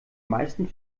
meisten